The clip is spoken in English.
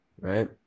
right